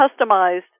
customized